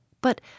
But